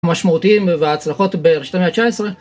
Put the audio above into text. המשמעותיים וההצלחות בראשית המאה ה-19